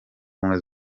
ubumwe